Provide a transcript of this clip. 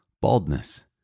baldness